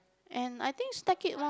and I think snack it one